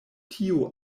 tio